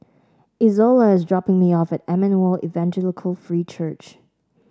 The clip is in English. Izola is dropping me off at Emmanuel Evangelical Free Church